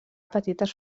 petites